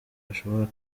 bashobora